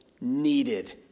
needed